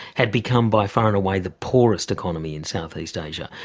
had become by far and away the poorest economy in southeast asia.